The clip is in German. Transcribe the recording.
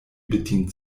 bedient